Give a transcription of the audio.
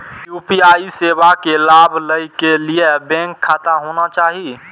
UPI सेवा के लाभ लै के लिए बैंक खाता होना चाहि?